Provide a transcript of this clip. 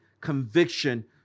conviction